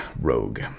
Rogue